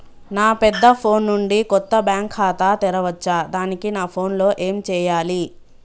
నా పెద్ద ఫోన్ నుండి కొత్త బ్యాంక్ ఖాతా తెరవచ్చా? దానికి నా ఫోన్ లో ఏం చేయాలి?